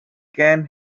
can